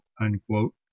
unquote